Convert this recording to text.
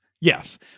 yes